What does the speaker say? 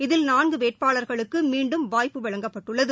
இதில் நான்குவேட்பாளா்களுக்குமீண்டும் வாய்ப்பு வழங்கப்பட்டுள்ளது